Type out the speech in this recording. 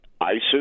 ISIS